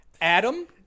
Adam